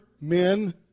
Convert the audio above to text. men